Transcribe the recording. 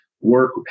work